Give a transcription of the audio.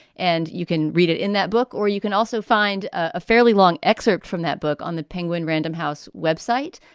and you can read it in that book. or you can also find a fairly long excerpt from that book on the penguin random house website.